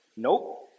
Nope